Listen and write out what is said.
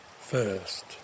first